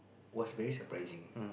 was very surprising